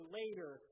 later